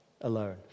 alone